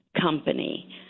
company